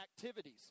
activities